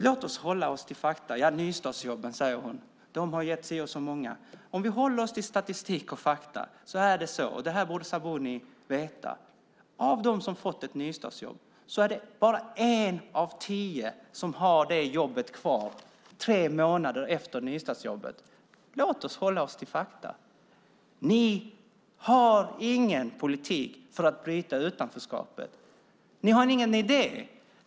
Låt oss hålla oss till fakta. Hon säger att nystartsjobben har gett si och så många jobb. Om vi håller oss till statistik och fakta är det på följande sätt, och det borde Sabuni veta: Av dem som har fått ett nystartsjobb är det bara en av tio som har det jobbet kvar efter tre månader. Låt oss hålla oss till fakta. Ni har ingen politik för att bryta utanförskapet. Ni har ingen idé.